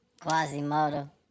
Quasimodo